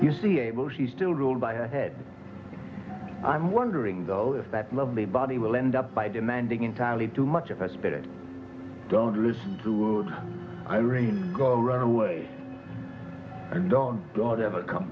able she's still ruled by her head i'm wondering though if that lovely body will end up by demanding entirely too much of her spirit don't listen to irene go away and on god ever come